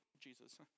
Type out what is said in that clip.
Jesus